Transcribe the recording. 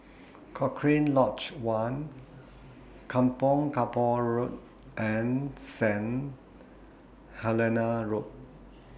Cochrane Lodge one Kampong Kapor Road and Saint Helena Road